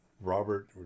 Robert